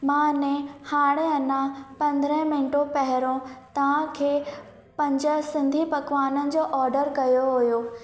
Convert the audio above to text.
मां ने हाणे अञा पंद्रह मिंटो पहिरियों तव्हांखे पंज सिंधी पकवाननि जो ऑडर कयो हुओ